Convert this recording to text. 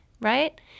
right